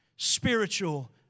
Spiritual